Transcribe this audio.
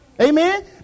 Amen